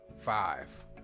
five